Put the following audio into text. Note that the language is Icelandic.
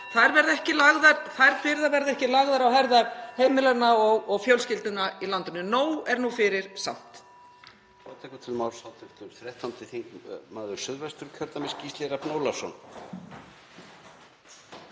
Þær byrðar verða ekki lagðar á herðar heimilanna og fjölskyldnanna í landinu. Nóg er nú fyrir samt.